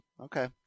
Okay